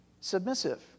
submissive